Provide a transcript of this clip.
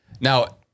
Now